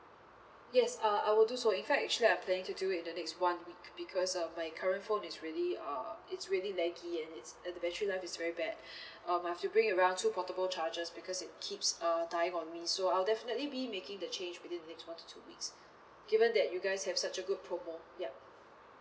yes uh I will do so in fact actually I'm planning to do it in the next one week because uh my current phone is really uh it's really laggy and it's and the battery life is very bad um I have to bring around two portable chargers because it keeps uh dying on me so I'll definitely be making the change within the next one to two weeks given that you guys have such a good promo yup